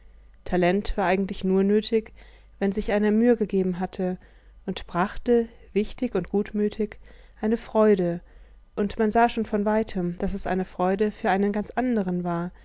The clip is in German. talent war eigentlich nur nötig wenn sich einer mühe gegeben hatte und brachte wichtig und gutmütig eine freude und man sah schon von weitem daß es eine freude für einen ganz anderen war